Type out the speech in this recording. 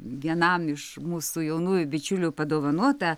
vienam iš mūsų jaunųjų bičiulių padovanota